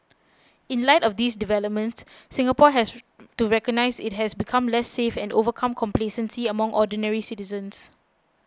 in light of these developments Singapore has to recognise it has become less safe and overcome complacency among ordinary citizens